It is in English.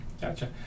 Gotcha